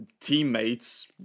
teammates